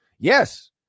yes